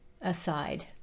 aside